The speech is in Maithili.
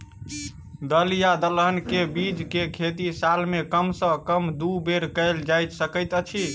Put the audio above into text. दल या दलहन केँ के बीज केँ खेती साल मे कम सँ कम दु बेर कैल जाय सकैत अछि?